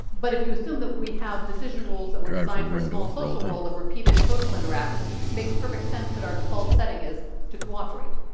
but if you assume that we have decision rules that were designed for a small social world that repeated social interactions it makes perfect sense that our default setting is to cooperate.